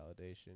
validation